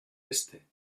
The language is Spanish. este